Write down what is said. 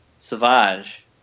Savage